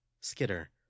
Skitter